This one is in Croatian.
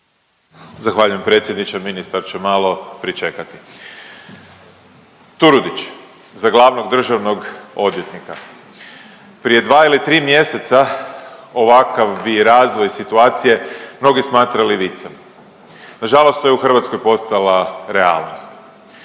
Zahvaljujem predsjedniče. Ministar će malo pričekati. Turudić za glavnog državnog odvjetnika, prije 2 ili 3 mjeseca ovakav bi razvoj situacije mnogi smatrali vicem. Nažalost to je u Hrvatskoj posala realnost.